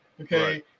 Okay